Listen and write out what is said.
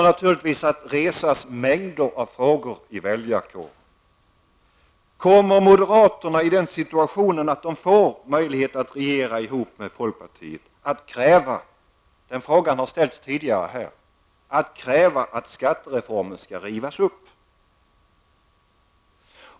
Naturligtvis kommer en mängd frågor att resas inom väljarkåren: Kommer moderaterna i den situationen, om de får möjlighet att regera ihop med folkpartiet, att kräva -- och den frågan har ställts tidigare -- att skattereformen skall rivas upp?